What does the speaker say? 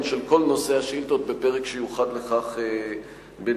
של כל נושא השאילתות בפרק שיוחד לכך בנפרד.